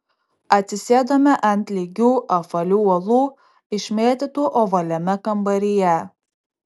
atsisėdome ant lygių apvalių uolų išmėtytų ovaliame kambaryje